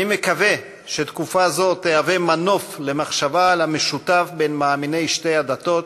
אני מקווה שתקופה זו תשמש מנוף למחשבה על המשותף בין מאמיני שתי הדתות,